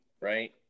right